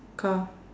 car